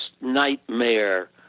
nightmare